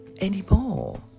anymore